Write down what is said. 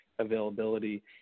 availability